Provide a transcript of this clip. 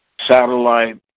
satellite